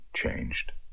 changed